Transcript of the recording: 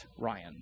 Ryan